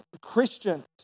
Christians